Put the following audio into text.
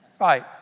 Right